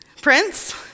Prince